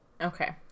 okay